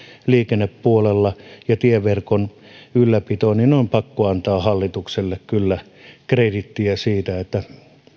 liikennepuolella ja tieverkon ylläpidossa on kyllä pakko antaa hallitukselle krediittiä siitä että